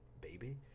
baby